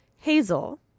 Hazel